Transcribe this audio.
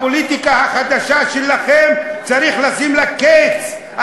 הפוליטיקה החדשה שלכם, צריך לשים לה קץ.